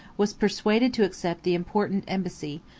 was persuaded to accept the important embassy,